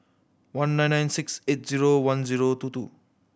one nine nine six eight zero one zero two two